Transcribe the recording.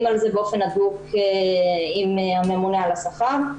על זה באופן הדוק עם הממונה על השכר.